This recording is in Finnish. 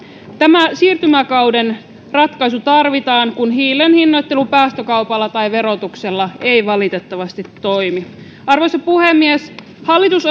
tämä siirtymäkauden ratkaisu tarvitaan kun hiilen hinnoittelu päästökaupalla tai verotuksella ei valitettavasti toimi arvoisa puhemies hallitus